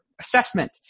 assessment